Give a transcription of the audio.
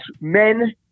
men